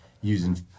using